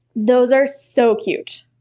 those are so cute.